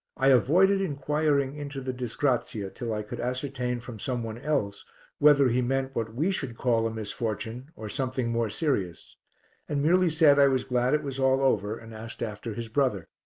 i avoided inquiring into the disgrazia till i could ascertain from some one else whether he meant what we should call a misfortune or something more serious and merely said i was glad it was all over and asked after his brother.